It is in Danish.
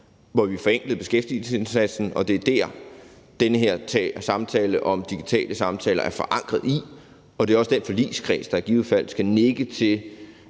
hvor vi forenklede beskæftigelsesindsatsen, og det er det, den her samtale om digitale samtaler er forankret i, og det er også den forligskreds, der i givet fald skal nikke til